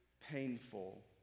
painful